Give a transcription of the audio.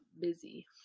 busy